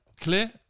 Clear